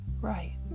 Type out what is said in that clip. right